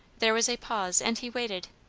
there was a pause, and he waited.